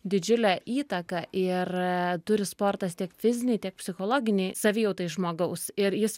didžiulę įtaką ir turi sportas tiek fizinei tiek psichologinei savijautai žmogaus ir jis